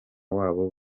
wabo